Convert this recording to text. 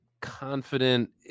confident